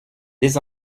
des